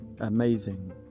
amazing